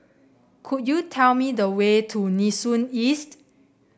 could you tell me the way to Nee Soon East